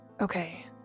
Okay